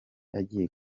agiye